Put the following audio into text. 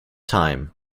time